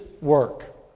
work